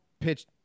pitched –